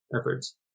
efforts